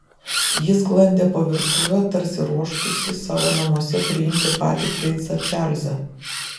ji sklandė po virtuvę tarsi ruoštųsi savo namuose priimti patį princą čarlzą